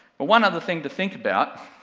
but one other thing to think about,